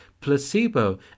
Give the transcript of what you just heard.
placebo